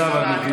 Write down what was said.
תודה רבה, גברתי.